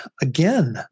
again